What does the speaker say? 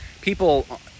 people